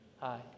Hi